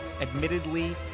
admittedly